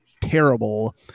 terrible